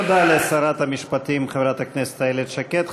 תודה לשרת המשפטים חברת הכנסת איילת שקד.